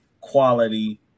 quality